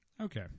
Okay